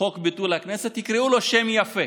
חוק ביטול הכנסת, יקראו לו בשם יפה